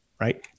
right